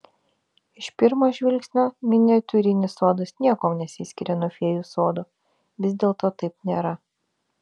iš pirmo žvilgsnio miniatiūrinis sodas niekuo nesiskiria nuo fėjų sodo vis dėlto taip nėra